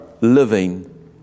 living